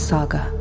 Saga